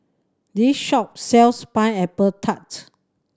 this shop sells Pineapple Tart